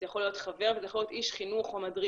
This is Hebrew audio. זה יכול להיות חבר וזה יכול להיות איש חינוך או מדריך.